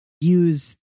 use